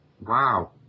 Wow